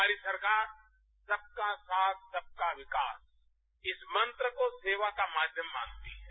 हमारी सरकार सबका साथ सबका विकास इस मंत्र को सेवा का माध्यम मानती है